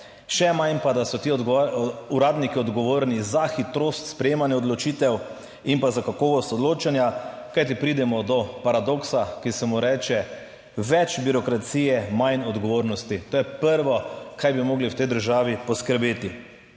Še manj pa, da so ti uradniki odgovorni za hitrost sprejemanja odločitev in pa za kakovost odločanja, kajti pridemo do paradoksa, ki se mu reče več birokracije manj odgovornosti. To je prvo, kar bi morali v tej državi poskrbeti.